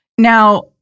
Now